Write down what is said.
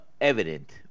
evident